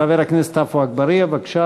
חבר הכנסת עפו אגבאריה, בבקשה,